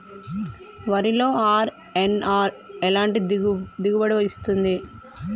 వరిలో అర్.ఎన్.ఆర్ ఎలాంటి దిగుబడి ఇస్తుంది?